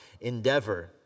endeavor